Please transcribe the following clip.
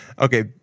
Okay